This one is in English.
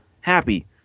Happy